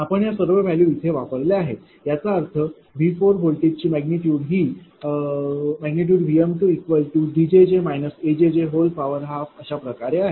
आपण या सर्व व्हॅल्यू इथे वापरल्या आहेत याचा अर्थ V व्होल्टेज ची मॅग्निट्यूड ही Vm2Djj A12 अशाप्रकारे आहे